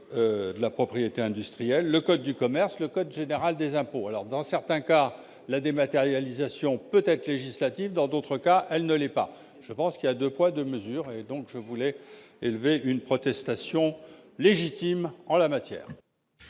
de la propriété industrielle, le Code du commerce, le code général des impôts alors dans certains cas la dématérialisation peut-être législatif dans d'autres cas, elle ne l'est pas, je pense qu'il y a 2 poids 2 mesures et donc je voulais élever une protestation légitime en la matière.